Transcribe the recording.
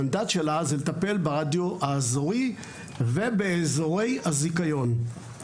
המנדט שלה זה לטפל ברדיו האזורי ובאזורי הזיכיון.